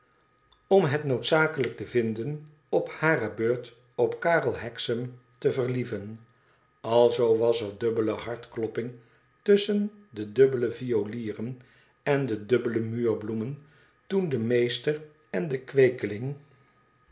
om het noodzakelijk te vinden op hare beurt op karel hexam te verlieven alzoo was r dubbele hartklopping tusschen de dubbele violieren en de dubbele muurbloemen toen de meester en de